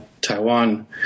Taiwan